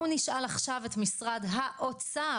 בואו נשאל עכשיו את משרד האוצר,